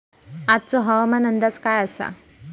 आजचो हवामान अंदाज काय आसा?